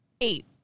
eight